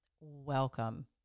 Welcome